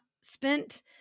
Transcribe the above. spent